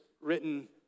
written